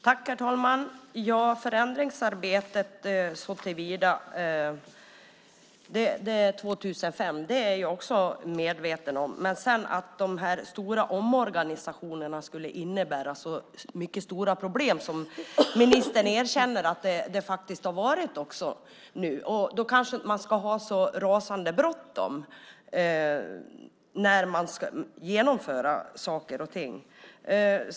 Herr talman! Beslutet 2005 om förändringsarbetet är jag väl medveten om, men att de stora omorganisationerna skulle innebära så stora problem, som ministern erkänner att det varit, visar att man kanske inte ska ha så rasande bråttom när man genomför saker och ting.